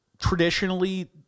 traditionally